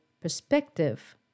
perspective